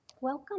Welcome